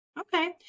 Okay